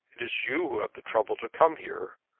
it is you have the trouble to come here.